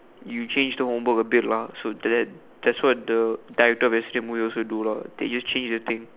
you change the homework a bit lah so that that's what the director of yesterday's movie also do lah they just change the thing